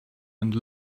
and